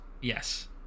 yes